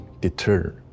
deter